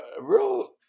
real